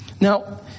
Now